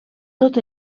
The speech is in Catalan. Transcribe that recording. tot